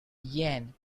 yen